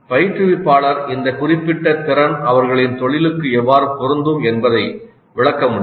பயிற்றுவிப்பாளர் இந்த குறிப்பிட்ட திறன் அவர்களின் தொழிலுக்கு எவ்வாறு பொருந்தும் என்பதை விளக்க முடியும்